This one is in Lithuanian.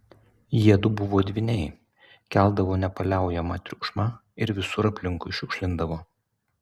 jiedu buvo dvyniai keldavo nepaliaujamą triukšmą ir visur aplinkui šiukšlindavo